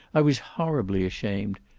i was horribly ashamed.